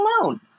alone